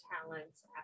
talents